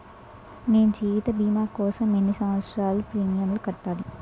నేను జీవిత భీమా కోసం ఎన్ని సంవత్సారాలు ప్రీమియంలు కట్టాలి?